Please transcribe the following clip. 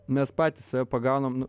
mes patys save pagaunam